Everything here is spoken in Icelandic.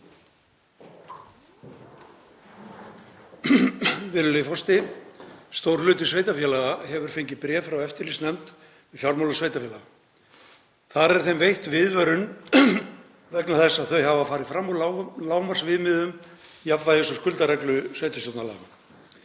Virðulegi forseti. Stór hluti sveitarfélaga hefur fengið bréf frá eftirlitsnefnd með fjármálum sveitarfélaga. Þar er þeim veitt viðvörun vegna þess að þau hafa farið fram úr lágmarksviðmiðum jafnvægis- og skuldareglu sveitarstjórnarlaganna.